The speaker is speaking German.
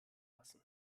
lassen